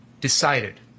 decided